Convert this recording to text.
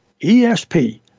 ESP